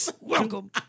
Welcome